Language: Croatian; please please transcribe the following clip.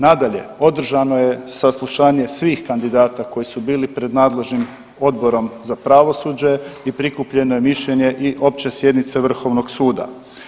Nadalje, održano je saslušanje svih kandidata koji su bili pred nadležnim Odborom za pravosuđe i prikupljeno je mišljenje i opće sjednice vrhovnog suda.